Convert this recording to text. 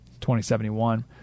2071